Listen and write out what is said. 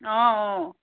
অঁ